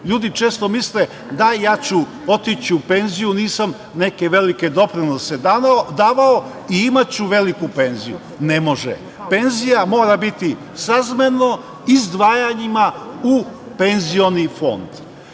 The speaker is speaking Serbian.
Ljudi često misle - da, ja ću otići u penziju, nisam neke velike doprinose davao i imaću veliku penziju. Ne može. Penzija mora biti srazmerno izdvajanjima u penzioni fond.